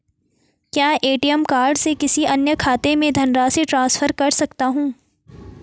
क्या ATM card से किसी अन्य खाते में धनराशि ट्रांसफर कर सकता हूँ?